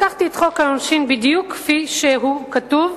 לקחתי את חוק העונשין בדיוק כפי שהוא כתוב,